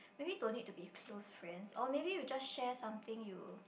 maybe don't need to be close friends or maybe you just share something you